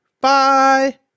bye